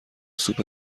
سوپ